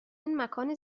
مکان